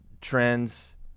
trends